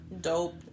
Dope